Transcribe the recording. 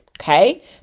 okay